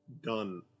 Done